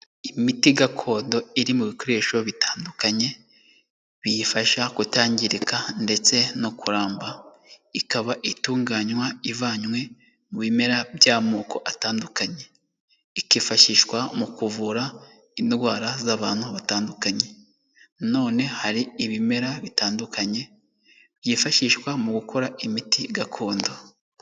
Imiti gakondo, iri mu bikoresho bitandukanye biyifasha kutangirika ndetse no kuramba. Ikaba itunganywa ivanywe mu bimera by'amoko atandukanye. Ikifashishwa mu kuvura indwara z'abantu batandukanye. None hari ibimera bitandukanye, byifashishwa mu gukora imiti gakondo.